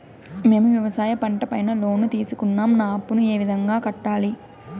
మేము వ్యవసాయ పంట పైన లోను తీసుకున్నాం నా అప్పును ఏ విధంగా కట్టాలి